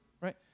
Right